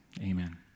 Amen